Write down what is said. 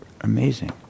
Amazing